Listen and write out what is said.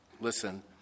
listen